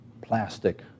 plastic